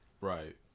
Right